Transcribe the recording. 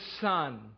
son